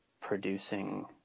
producing